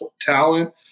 talent